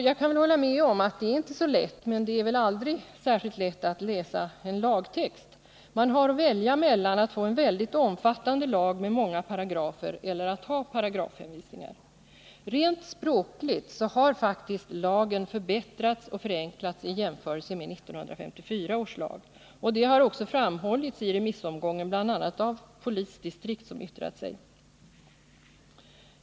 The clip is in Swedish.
Jag kan hålla med om att det inte är så lätt, men det är väl aldrig särskilt lätt att läsa en lagtext. Man har att välja mellan att få en väldigt omfattande lag med många paragrafer och att ha paragrafhänvisningar. Rent språkligt har lagen faktiskt förbättrats och förenklats i jämförelse med 1954 års lag. Det har också framhållits i remissomgången, bl.a. av polisdistrikt som yttrat sig.